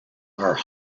are